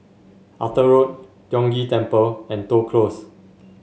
Arthur Road Tiong Ghee Temple and Toh Close